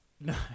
No